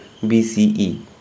BCE